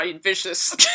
vicious